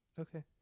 Okay